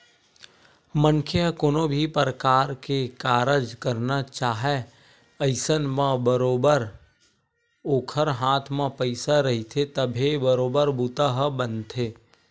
मनखे ह कोनो भी परकार के कारज करना चाहय अइसन म बरोबर ओखर हाथ म पइसा रहिथे तभे बरोबर बूता ह बनथे